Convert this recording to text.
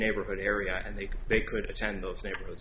neighborhood area and they could they could attend those neighborhoods